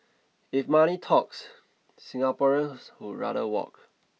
if money talks Singaporeans would rather walk